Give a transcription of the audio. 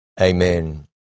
amen